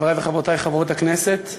חברי וחברותי חברות הכנסת,